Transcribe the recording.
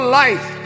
life